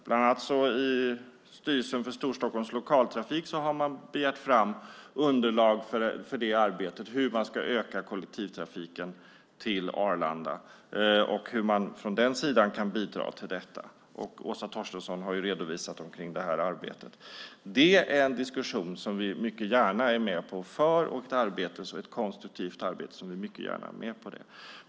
Bland annat i styrelsen för Storstockholms lokaltrafik har man begärt fram underlag för arbetet med hur man ska öka kollektivtrafiken till Arlanda och hur man från den sidan kan bidra till detta. Åsa Torstensson har redovisat en del kring det arbetet. Det är en diskussion som vi mycket gärna är med och för och ett konstruktivt arbete som vi mycket gärna är med på.